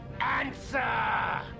Answer